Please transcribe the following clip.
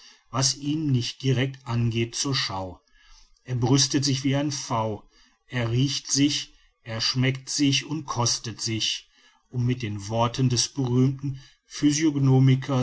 was ihn nicht direct angeht zur schau er brüstet sich wie ein pfau er riecht sich er schmeckt sich und kostet sich um mit den worten des berühmten